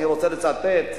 אני רוצה לצטט,